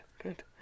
good